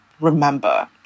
remember